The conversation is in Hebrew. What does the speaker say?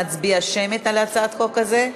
נצביע שמית על הצעת החוק הזאת.